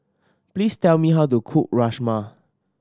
please tell me how to cook Rajma